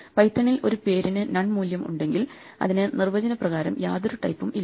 പൈത്തണിൽ ഒരു പേരിനു നൺ മൂല്യം ഉണ്ടെങ്കിൽ അതിന് നിർവചനപ്രകാരം യാതൊരു ടൈപ്പും ഇല്ല